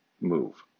move